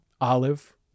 olive